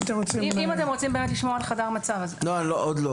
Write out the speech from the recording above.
אם אתם רוצים לשמוע על חדר מצב --- עוד לא,